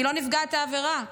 היא לא נפגעת העבירה.